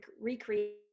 recreate